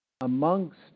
amongst